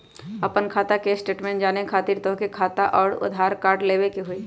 आपन खाता के स्टेटमेंट जाने खातिर तोहके खाता अऊर आधार कार्ड लबे के होइ?